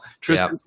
Tristan